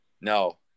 no